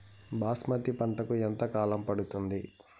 బాస్మతి పంటకు ఎంత కాలం పడుతుంది?